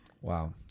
Wow